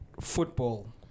football